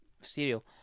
serial